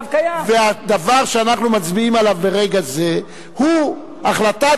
הדבר שאנחנו מצביעים עליו ברגע זה הוא החלטת